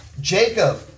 Jacob